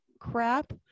crap